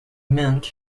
mint